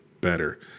better